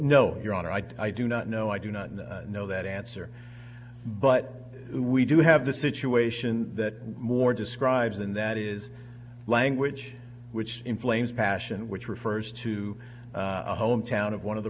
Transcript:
no your honor i do not know i do not know that answer but we do have the situation that more describes and that is language which inflames passion which refers to a hometown of one of the